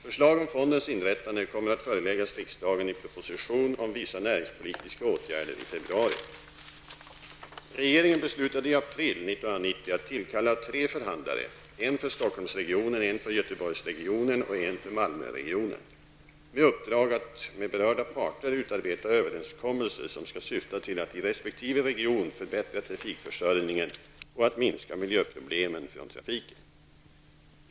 Förslag om fondens inrättande kommer att föreläggas riksdagen i proposition om vissa näringspolitiska åtgärder i februari. Regeringen beslutade i april 1990 att tillkalla tre förhandlare -- en för Stockholmsregionen, en för med uppdrag att med berörda parter utarbeta överenskommelser som skall syfta till att i resp. region förbättra trafikförsörjningen och att minska miljöproblemen från trafiken.